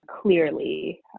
clearly